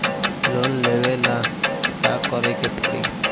Loan लेवे ला का करे के पड़ी?